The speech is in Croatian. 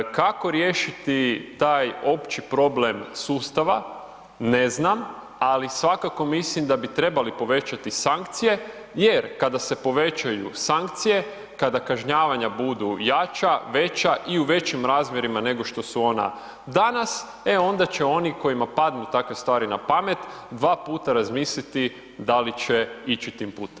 Kako riješiti taj opći problem sustava ne znam, ali svakako mislim da bi trebali povećati sankcije, jer kada se povećaju sankcije, kada kažnjavanja budu jača, veća i u većim razmjerima nego što su ona danas e onda će oni kojima padnu takve stvari na pamet 2 puta razmisliti da li će ići tim putem.